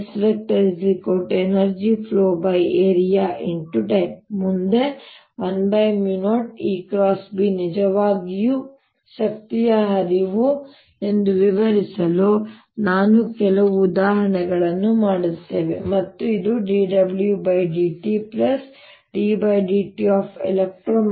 10EBSEnergy flowarea×time ಮುಂದೆ 10EB ನಿಜವಾಗಿಯೂ ಶಕ್ತಿಯ ಹರಿವು ಎಂದು ವಿವರಿಸಲು ನಾವು ಕೆಲವು ಉದಾಹರಣೆಗಳನ್ನು ಮಾಡುತ್ತೇವೆ ಮತ್ತು ಇದು dWdtddtEelectro magnetic10EB